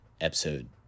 episode